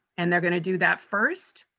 and they're gonna do that first.